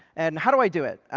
and how do i do it?